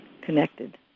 connected